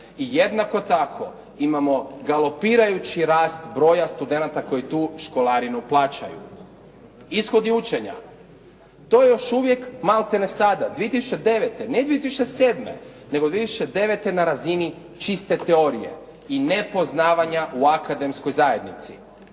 I jednako tako imamo galopirajući rast broja studenata koji tu školarinu plaćaju. Ishodi učenja. To je još uvijek maltene sada 2009., ne 2007., nego 2009. na razini čiste teorije i nepoznavanja u akademskoj zajednici.